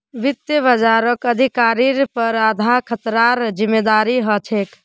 वित्त बाजारक अधिकारिर पर आधार खतरार जिम्मादारी ह छेक